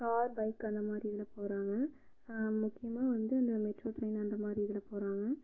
car bike அந்த மாதிரி இதில் போகிறாங்க முக்கியமாக வந்து அந்த மெட்ரோ ட்ரெயின் அந்த மாதிரி இதில் போகிறாங்க